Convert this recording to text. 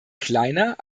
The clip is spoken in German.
kleiner